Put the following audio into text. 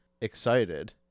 excited